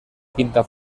quinta